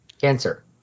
cancer